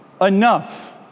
enough